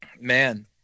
man